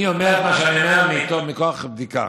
אני אומר את מה שאני אומר מכוח בדיקה.